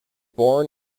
born